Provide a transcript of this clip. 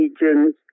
regions